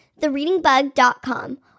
thereadingbug.com